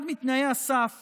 אחד מתנאי הסף